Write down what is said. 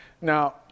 Now